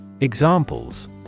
Examples